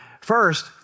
First